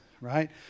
right